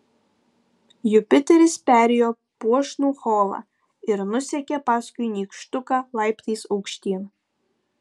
jupiteris perėjo puošnų holą ir nusekė paskui nykštuką laiptais aukštyn